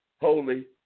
holy